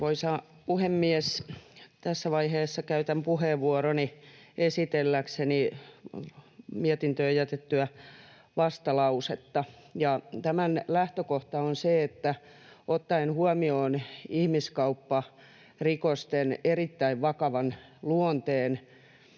Tässä vaiheessa käytän puheenvuoroni esitelläkseni mietintöön jätettyä vastalausetta. Tämän lähtökohta on se, että ottaen huomioon ihmiskaupparikosten erittäin vakavan luonteen